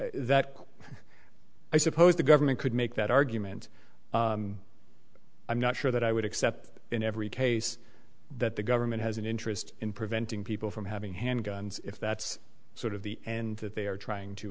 on that i suppose the government could make that argument i'm not sure that i would accept in every case that the government has an interest in preventing people from having handguns if that's sort of the and that they are trying to